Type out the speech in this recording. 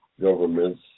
governments